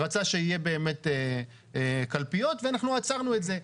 רצה שיהיו קלפיות ואנחנו עצרנו את זה.